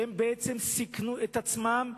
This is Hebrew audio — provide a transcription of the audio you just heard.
והם בעצם סיכנו את עצמם.